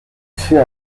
fait